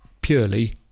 purely